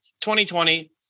2020